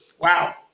Wow